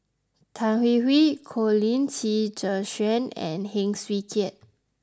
Tan Hwee Hwee Colin Qi Zhe Quan and Heng Swee Keat